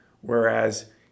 whereas